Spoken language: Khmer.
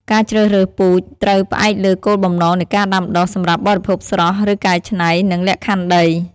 ការជ្រើសរើសពូជត្រូវផ្អែកលើគោលបំណងនៃការដាំដុះ (សម្រាប់បរិភោគស្រស់ ឬកែច្នៃ) និងលក្ខខណ្ឌដី។